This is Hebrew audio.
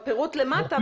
בפירוט למטה,